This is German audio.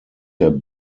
der